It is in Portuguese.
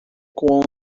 com